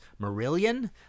Marillion